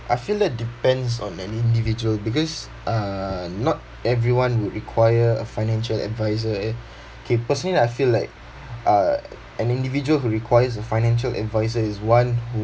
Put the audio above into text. I feel that depends on an individual because uh not everyone would require a financial advisor eh K personally lah I feel like uh an individual who requires a financial advisor is one who